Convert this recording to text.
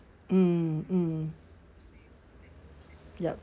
mm mm yup